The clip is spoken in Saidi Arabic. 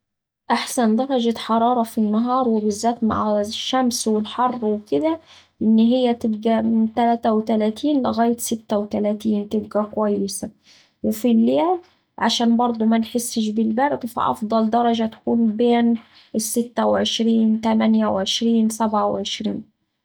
أحسن درجة حرارة في النهار وبالذات مع الشمس والحر وكدا إن هيه تبقا من تلاتة وتلاتين لغاية ستة وتلاتين تبقا كويسة. وفي الليل عشان برده منحسش بالبرد فأفضل درجة تكون بين الستة وعشرين تمانية وعشرين سبعة وعشرين.